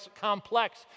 complex